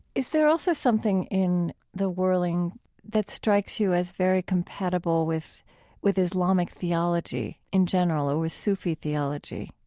is there also something in the whirling that strikes you as very compatible with with islamic theology in general, or with sufi theology,